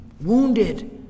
wounded